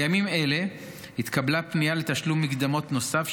בימים אלה התקבלה פנייה לתשלום מקדמות נוסף,